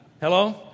Hello